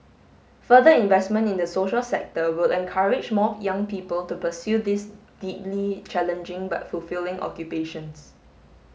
further investment in the social sector will encourage more young people to pursue these deeply challenging but fulfilling occupations